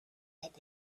but